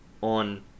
on